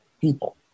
people